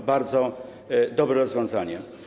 To bardzo dobre rozwiązanie.